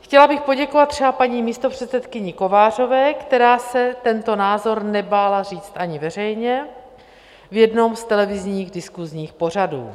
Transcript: Chtěla bych poděkovat třeba paní místopředsedkyni Kovářové, která se tento názor nebála říct ani veřejně v jednom z televizních diskusních pořadů: